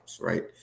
right